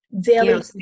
daily